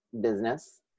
business